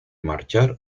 marchar